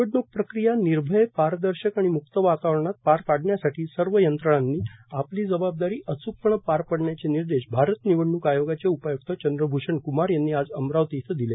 निवडणूक प्रक्रिया निर्भय पारदर्शक आणि मुक्त वातावरणात पार पाडण्यासाठी सर्व यंत्रणांनी आपली जबाबदारी अचूकपणे पार पाडण्याचे निर्देश आरत निवडणूक आयोगाचे उपायुक्त चंद्रभूषण क्मार यांनी आज अमरावती इथं दिले